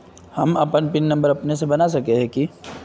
हम अपन pin number अपने से बना सके है की?